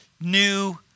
new